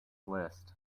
list